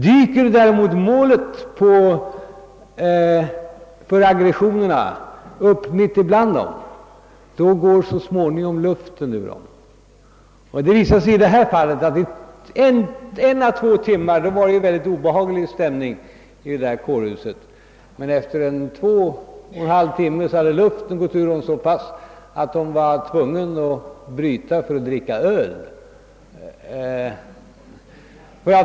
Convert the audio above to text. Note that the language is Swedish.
Om däremot målet för aggressionerna dyker upp mitt ibland dem, går luften så småningom ur dem; Det visade sig även i detta fall. Under en å två tim mar rådde en obehaglig stämning i kårhuset, men efter ytterligare en halvtimme hade luften gått ur dem så pass att de var tvungna att göra ett avbrott för att dricka öl.